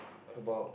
about